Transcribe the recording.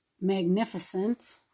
magnificent